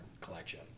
collection